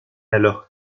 alors